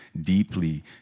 deeply